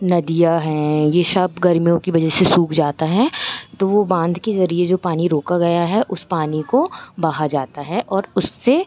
नदियाँ हैं ये सब गर्मियों की वजह से सूख जाती हैं तो वह बाँध के ज़रिए जो पानी रोका गया है उस पानी को बहाया जाता है और उससे